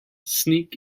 sneak